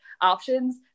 options